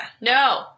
No